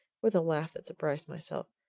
with a laugh that surprised myself.